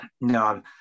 no